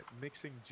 mixing